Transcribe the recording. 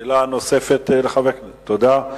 תודה.